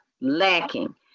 lacking